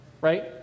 right